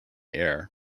air